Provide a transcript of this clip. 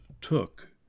took